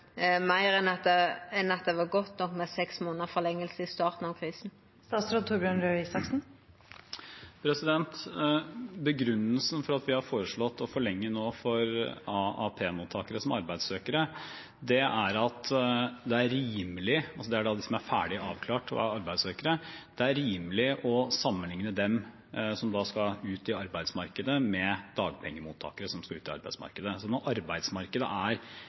enn at det var godt nok med seks månader forlenging i starten av krisa? Begrunnelsen for at vi nå har foreslått å forlenge ordningen for AAP-mottakere som er arbeidssøkere, altså de som er ferdig avklart, og er arbeidssøkere, er at det er rimelig å sammenligne dem, som da skal ut i arbeidsmarkedet, med dagpengemottakere som skal ut i arbeidsmarkedet. Så når arbeidsmarkedet er